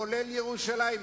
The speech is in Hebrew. כולל ירושלים,